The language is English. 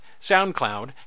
SoundCloud